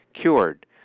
cured